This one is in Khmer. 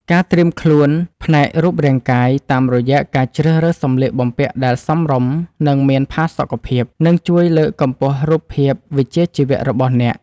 ការត្រៀមខ្លួនផ្នែករូបរាងកាយ តាមរយៈការជ្រើសរើសសម្លៀកបំពាក់ដែលសមរម្យ និងមានផាសុកភាព នឹងជួយលើកកម្ពស់រូបភាពវិជ្ជាជីវៈរបស់អ្នក។